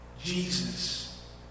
jesus